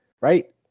Right